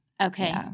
Okay